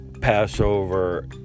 Passover